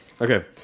Okay